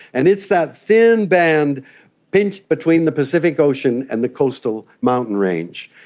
and it's that thin band pinched between the pacific ocean and the coastal mountain range,